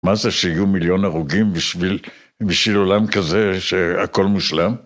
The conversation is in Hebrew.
מה זה שיהיו מיליון הרוגים בשביל עולם כזה שהכל מושלם?